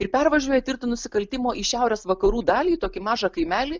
ir pervažiuoja tirti nusikaltimo į šiaurės vakarų dalį į tokį mažą kaimelį